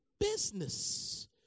business